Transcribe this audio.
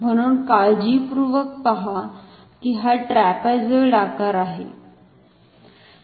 म्हणुन काळजीपूर्वक पहा की हा ट्रॅपेझॉइडल आकार आहे